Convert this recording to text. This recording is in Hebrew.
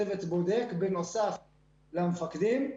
צוות בודק בנוסף למפקדים.